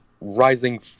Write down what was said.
rising